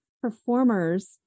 performers